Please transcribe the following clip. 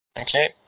Okay